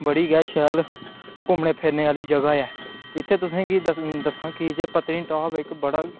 बड़ी गै शैल घुम्मनै फिरने आह्ली जगह ऐ इत्थें तुसें गी दस्सां की जे पत्नीटॉप इक्क बड़ा